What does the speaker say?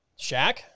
Shaq